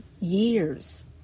years